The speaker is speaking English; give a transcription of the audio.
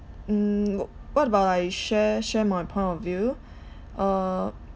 mm what about I share share my point of view uh